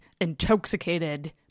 intoxicated